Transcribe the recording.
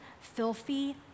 filthy